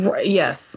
Yes